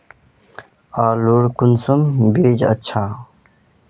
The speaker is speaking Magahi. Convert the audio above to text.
आलूर कुंसम बीज अच्छा?